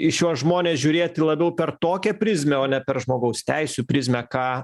į šiuos žmones žiūrėti labiau per tokią prizmę o ne per žmogaus teisių prizmę ką